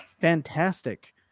Fantastic